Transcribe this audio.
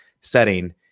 setting